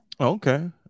Okay